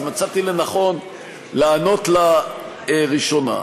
אז מצאתי לנכון לענות לה ראשונה.